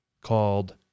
called